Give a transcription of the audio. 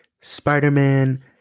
Spider-Man